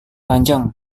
panjang